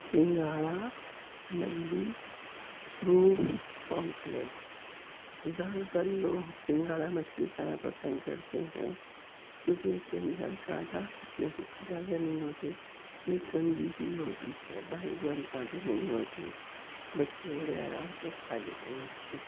سنگھاڑا ملی روف پمفلٹ زیادہ تر لوگ سنگھاڑا مچھلی کھانا پسند کرتے ہیں چونکہ اس کے اندر کانٹا نہیں زیادہ نہیں ہوتے ایک کنگھی ہی ہوتی باریک باریک کانٹے نہیں ہوتے بچے بڑے آرام سے کھا لیتے اس کے